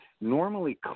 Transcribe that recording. normally